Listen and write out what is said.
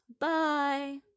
bye